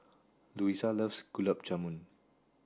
Louisa loves Gulab Jamun